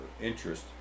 interest